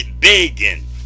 begging